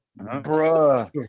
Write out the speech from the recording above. bruh